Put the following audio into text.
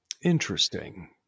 Interesting